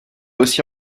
aussi